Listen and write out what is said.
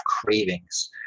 cravings